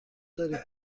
دارید